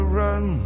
run